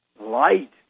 light